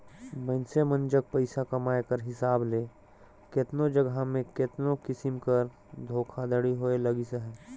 मइनसे मन जग पइसा कमाए कर हिसाब ले केतनो जगहा में केतनो किसिम कर धोखाघड़ी होए लगिस अहे